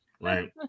right